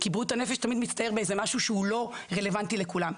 כי בריאות הנפש תמיד מצטייר כמשהו שאינו רלוונטי לכולם.